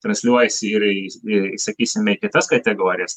transliuojasi ir į sakysime į kitas kategorijas